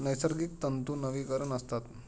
नैसर्गिक तंतू नवीकरणीय असतात